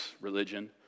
religion